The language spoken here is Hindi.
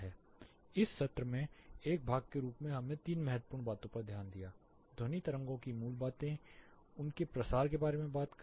इस सत्र के एक भाग के रूप में हमने तीन महत्वपूर्ण बातों पर ध्यान दिया ध्वनि तरंगों की मूल बातें की उनके प्रसार के बारे में बात करी